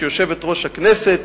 שיושבת-ראש הכנסת,